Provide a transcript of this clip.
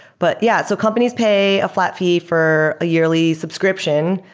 but yeah, so companies pay a flat fee for a yearly subscription.